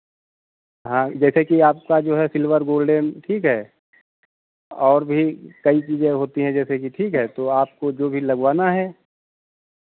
हाँ जैसे कि आपका जो है सिल्वर गोल्डन ठीक है और भी कई चीज़ें होती हैं जैसे कि ठीक है तो आपको जो भी लगवाना है